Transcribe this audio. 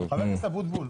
הכנסת אבוטבול,